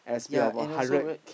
ya and also right